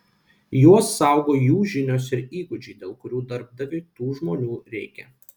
juos saugo jų žinios ir įgūdžiai dėl kurių darbdaviui tų žmonių reikia